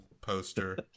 poster